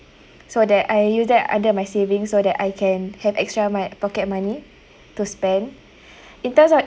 so that I use that under my savings so that I can have extra m~ pocket money to spend in terms of